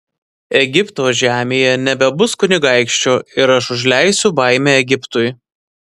egipto žemėje nebebus kunigaikščio ir aš užleisiu baimę egiptui